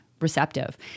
Receptive